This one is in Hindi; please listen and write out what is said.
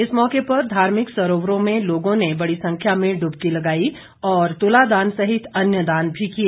इस मौके पर धार्मिक सरोवरों में लोगों ने बड़ी संख्या में डुबकी लगाई और तुलादान सहित अन्य दान भी किए